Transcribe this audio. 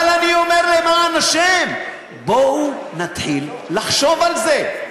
אבל אני אומר: למען השם, בואו נתחיל לחשוב על זה.